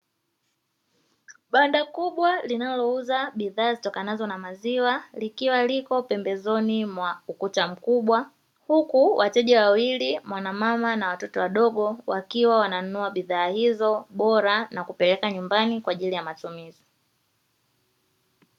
Banda kubwa linalouza bidhaa zitokanazo na maziwa likiwa pembeni mwa ukuta mkubwa, huku wateja wawili mwanamama na watoto wadogo wakiwa wananunua bidhaa hizo bora na kupeleka nyumbani kwa ajili ya matumizi.